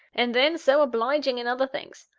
and then, so obliging in other things.